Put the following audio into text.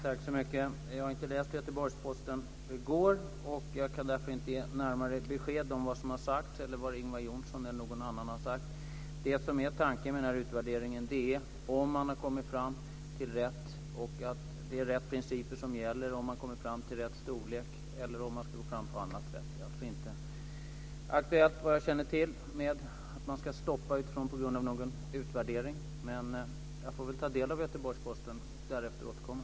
Fru talman! Jag har inte läst Göteborgs-Posten för i går, och kan därför inte ge närmare besked om vad Ingvar Johnsson eller någon annan har sagt. Tanken med utvärderingen är att få fram om det är rätt principer som gäller, om man har kommit fram till rätt storlek eller om man ska gå fram på annat sätt. Vad jag känner till är det alltså inte aktuellt att stoppa arbetet på grund av någon utvärdering. Men jag får väl ta del av Göteborgs-Posten och därefter återkomma.